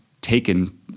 taken